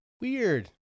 Weird